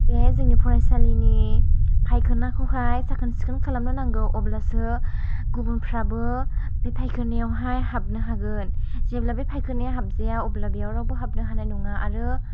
बे जोंनि फरायसालिनि फायखोनाखौहाय साखोन सिखोन खालामनो नांगौ अब्लासो गुबुनफ्राबो बे फायखानायावहाय हाबनो हागोन जेब्ला बे फायखानाया हाबजाया अब्ला बेयाव रावबो हाबनो हानाय नङा आरो